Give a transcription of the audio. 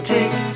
Take